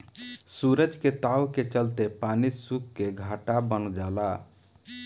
सूरज के ताव के चलते पानी सुख के घाटा बन जाला